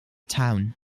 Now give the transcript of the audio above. town